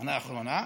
המנה האחרונה,